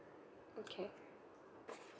okay